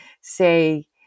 say